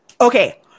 Okay